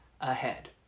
ahead